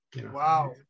Wow